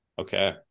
okay